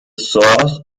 source